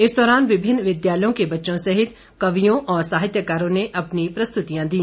इस दौरान विभिन्न विद्यालयों के बच्चों सहित कवियों और साहित्यकारों ने अपनी प्रस्तुतियां दी